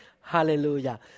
Hallelujah